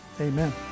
Amen